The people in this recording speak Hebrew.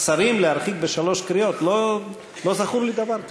שרים להרחיק בשלוש קריאות, לא זכור לי דבר כזה.